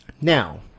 now